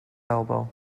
elbow